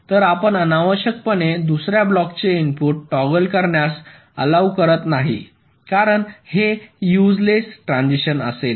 तर आपण अनावश्यकपणे दुसर्या ब्लॉकचे इनपुट टॉगल करण्यास अलॉव करत नाही कारण हे युझलेस ट्रान्झिशन असेल